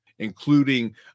including